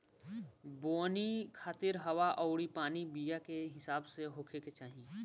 बोवनी खातिर हवा अउरी पानी बीया के हिसाब से होखे के चाही